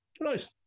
nice